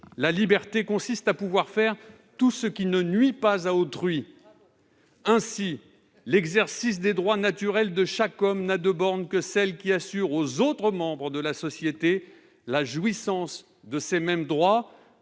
La liberté consiste à pouvoir faire tout ce qui ne nuit pas à autrui : ainsi, l'exercice des droits naturels de chaque homme n'a de bornes que celles qui assurent aux autres membres de la société la jouissance de ces mêmes droits.